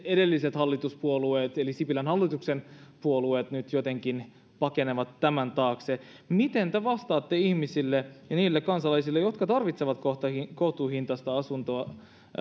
edelliset hallituspuolueet eli sipilän hallituksen puolueet nyt jotenkin pakenevat tämän taakse miten te vastaatte ihmisille ja niille kansalaisille jotka tarvitsevat kohtuuhintaista